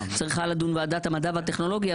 צריכה לדון ועדת המדע והטכנולוגיה,